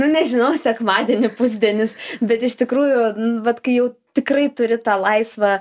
nu nežinau sekmadienį pusdienis bet iš tikrųjų vat kai jau tikrai turi tą laisvą